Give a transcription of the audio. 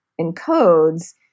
encodes